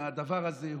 הדבר הזה,